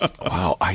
Wow